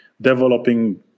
developing